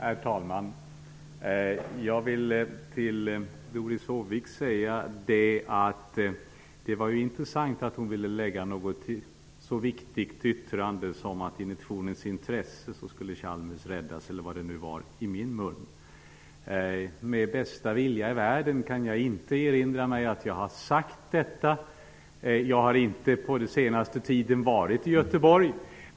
Herr talman! Jag vill till Doris Håvik säga att det var intressant att hon ville lägga i min mun ett så viktigt yttrande som att Chalmers skulle räddas ''i nationens intresse''. Med bästa vilja i världen kan jag inte erinra mig att jag har sagt detta. Jag har inte på den senaste tiden varit i Göteborg.